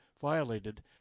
violated